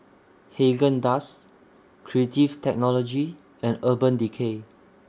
Haagen Dazs Creative Technology and Urban Decay